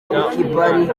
ikipari